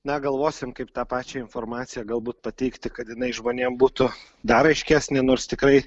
na galvosim kaip tą pačią informaciją galbūt pateikti kad jinai žmonėm būtų dar aiškesnė nors tikrai